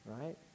Right